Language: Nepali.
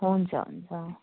हुन्छ हुन्छ